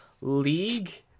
League